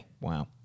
Wow